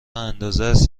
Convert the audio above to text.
اندازست